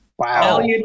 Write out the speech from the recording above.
Wow